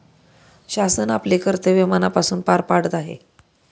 शासन आपले कर्तव्य मनापासून पार पाडत आहे